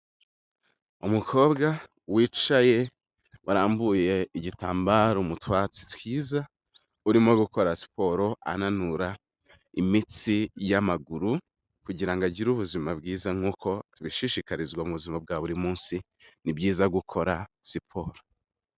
Umukobwa wicaye warambuye igitambaro mu twatsi twiza urimo gukora siporo ananura imitsi y'amaguru, kugira ngo agire ubuzima bwiza nk'uko tubishishikarizwa mu buzima bwa buri munsi, ni byiza gukora siporo.